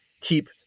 keep